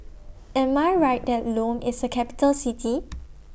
Am I Right that Lome IS A Capital City